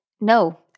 no